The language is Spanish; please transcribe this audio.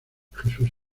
jesús